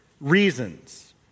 reasons